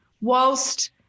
whilst